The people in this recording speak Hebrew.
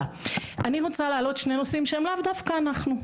אני רוצה להעלות שני נושאים שהם לאו דווקא אנחנו,